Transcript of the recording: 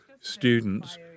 students